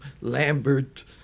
Lambert